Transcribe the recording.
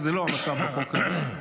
שזה לא המצב בחוק הזה,